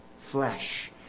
flesh